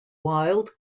wild